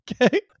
okay